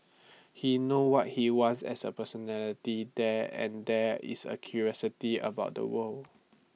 he knows what he wants as A personality there and there is A curiosity about the world